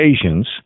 occasions